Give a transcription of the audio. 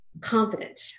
confident